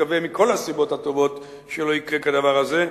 ונקווה מכל הסיבות הטובות שלא יקרה כדבר הזה,